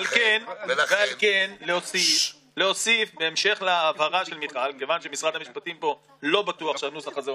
שבעה סניפים של התוכנית הזאת,